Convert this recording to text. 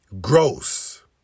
gross